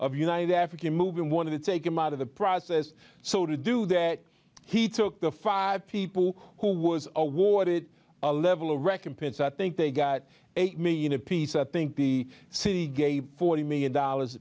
united african moving one of the take him out of the process so to do that he took the five people who was awarded a level of recompense i think they got eight million a piece i think the city gave forty million dollars